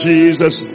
Jesus